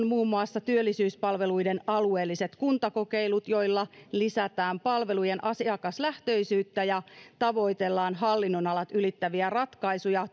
muun muassa työllisyyspalveluiden alueelliset kuntakokeilut joilla lisätään palvelujen asiakaslähtöisyyttä ja tavoitellaan hallinnonalat ylittäviä ratkaisuja